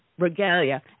regalia